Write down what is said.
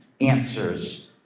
answers